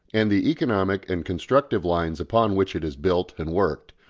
and the economic and constructive lines upon which it is built and worked,